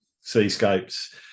seascapes